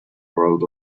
world